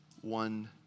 one